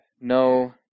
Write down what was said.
no